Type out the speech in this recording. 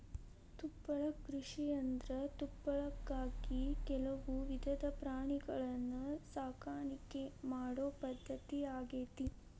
ತುಪ್ಪಳ ಕೃಷಿಯಂದ್ರ ತುಪ್ಪಳಕ್ಕಾಗಿ ಕೆಲವು ವಿಧದ ಪ್ರಾಣಿಗಳನ್ನ ಸಾಕಾಣಿಕೆ ಮಾಡೋ ಪದ್ಧತಿ ಆಗೇತಿ